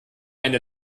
eine